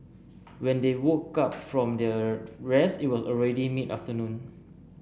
when they woke up from their rest it was already mid afternoon